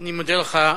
אני מודה לך,